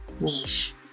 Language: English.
niche